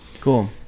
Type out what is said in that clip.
Cool